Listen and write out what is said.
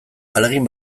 ahalegin